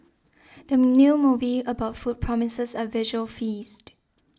the new movie about food promises a visual feast